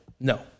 No